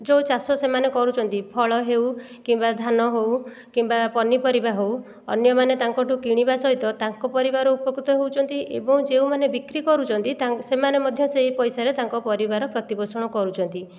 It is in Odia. ଯୋଉ ଚାଷ ସେମାନେ କରୁଛନ୍ତି ଫଳ ହେଉ କିମ୍ବା ଧାନ ହେଉ କିମ୍ବା ପନିପରିବା ହେଉ ଅନ୍ୟମାନେ ତାଙ୍କଠୁ କିଣିବା ସହିତ ତାଙ୍କ ପାରିବାର ଉପକୃତ ହେଉଛନ୍ତି ଏବଂ ଯୋଉମାନେ ବିକ୍ରି କରୁଛନ୍ତି ତାଙ୍କ ସେମାନେ ମଧ୍ୟ ସେଇ ପଇସାରେ ତାଙ୍କ ପରିବାର ପ୍ରତିପୋଷଣ କରୁଛନ୍ତି